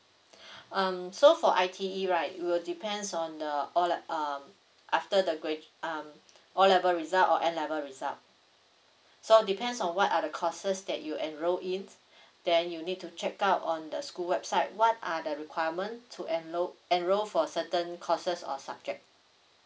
um so for I_T_E right it will depends on the o le~ uh after the gra~ um o level result or a level result so depends on what are the courses that you enroll in then you need to check out on the school website what are the requirement to enro~ enroll for certain courses or subjects